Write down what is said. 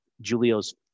Julio's